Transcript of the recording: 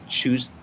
choose